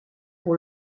pour